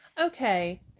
Okay